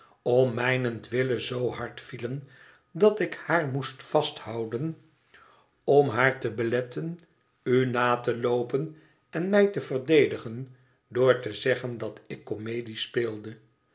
om mijnentwille zoo hard vielen dat ik haar moest vasthouden om haar te beletten u na te loopen en mij te verdedigen door te zeggen dat ik comedie speelde